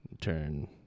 Turn